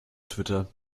twitter